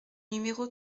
numéro